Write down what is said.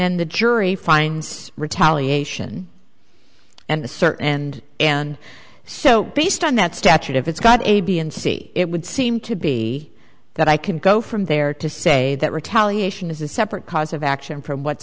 then the jury finds retaliation and the search and and so based on that statute if it's got a b and c it would seem to be that i can go from there to say that retaliation is a separate cause of action from what's